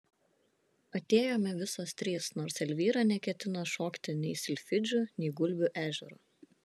atėjome visos trys nors elvyra neketino šokti nei silfidžių nei gulbių ežero